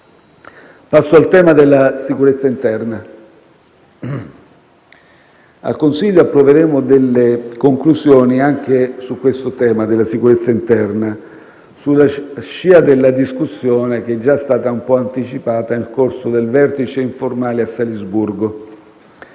Passo al tema della sicurezza interna. Al Consiglio europeo approveremo delle conclusioni anche sul tema della sicurezza interna, sulla scia della discussione, già parzialmente anticipata nel corso del vertice informale a Salisburgo.